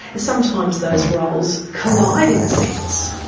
sometimes those roles collide, in a sense.